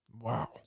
Wow